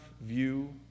view